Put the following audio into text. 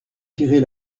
tirer